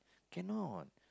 cannot